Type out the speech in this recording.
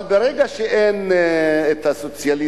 אבל ברגע שאין סוציאליזם,